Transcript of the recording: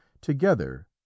Together